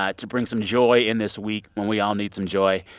ah to bring some joy in this week when we all need some joy,